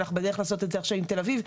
אנחנו בדרך לעשות את זה עכשיו עם תל אביב.